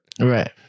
right